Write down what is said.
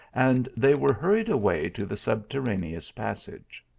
and they were hurried away to the subterraneous passage.